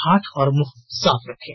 हाथ और मुंह साफ रखें